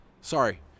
Sorry